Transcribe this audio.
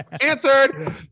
answered